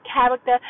character